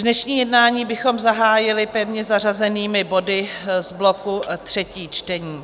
Dnešní jednání bychom zahájili pevně zařazenými body z bloku třetích čtení.